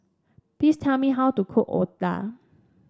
please tell me how to cook otah